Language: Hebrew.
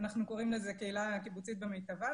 אנחנו קוראים לזה קהילה קיבוצית במיטבה.